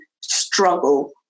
struggle